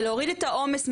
ולהוריד את העומס מהמטפלות,